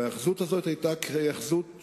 וההיאחזות הזאת היתה שלנו.